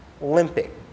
limping